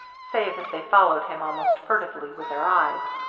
save as they followed him almost furtively with their eyes.